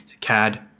CAD